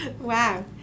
Wow